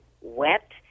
wet